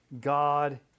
God